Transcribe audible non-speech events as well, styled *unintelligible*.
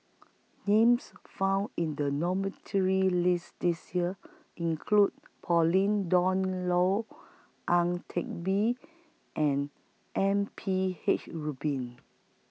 Names found in The *unintelligible* list This Year include Pauline Dawn Loh Ang Teck Bee and M P H Rubin